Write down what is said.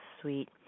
sweet